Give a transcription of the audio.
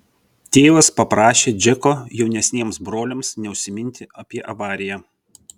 tėvas paprašė džeko jaunesniems broliams neužsiminti apie avariją